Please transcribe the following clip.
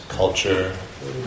culture